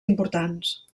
importants